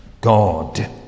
God